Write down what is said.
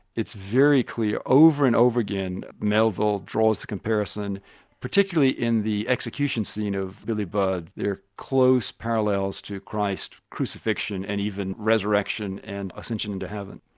it's very clear over and over again melville draws the comparison particularly in the execution scene of billy budd, there are close parallels to christ's crucifixion and even resurrection and ascension and to heaven.